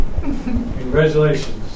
Congratulations